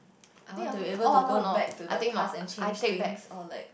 I want to able to go back to the past and change things or like